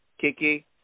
Kiki